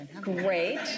Great